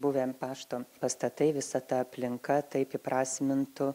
buvę pašto pastatai visa ta aplinka taip įprasmintų